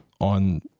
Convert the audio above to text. on